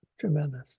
tremendous